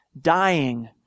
dying